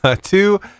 Two